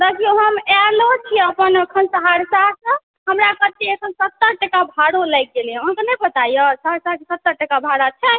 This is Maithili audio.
देखियो हम आयलो छी अखन सहरसा से हमरा कहै छी सत्तरि टका भाड़ो लागि गेलै अहाँके नहि पता यऽ सहरसाके सत्तरि टका भाड़ा छै